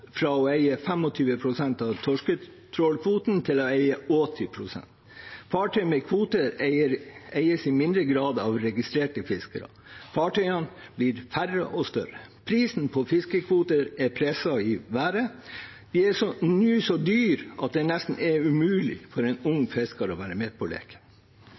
fra å eie 25 pst. av torsketrålkvoten til å eie 80 pst. Fartøy med kvoter eies i mindre grad av registrerte fiskere. Fartøyene blir færre og større. Prisen på fiskekvoter er presset i været, og de er nå så dyre at det nesten er umulig for en ung fisker å være med på leken.